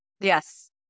Yes